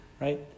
Right